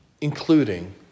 including